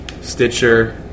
Stitcher